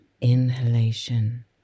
inhalation